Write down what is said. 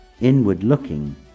inward-looking